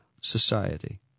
society